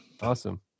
awesome